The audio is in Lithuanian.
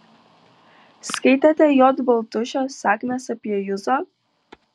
skaitėte j baltušio sakmės apie juzą